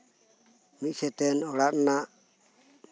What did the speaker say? ᱢᱤᱫ ᱥᱮᱡ ᱚᱲᱟᱜ ᱨᱮᱱᱟᱜ